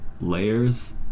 layers